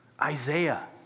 Isaiah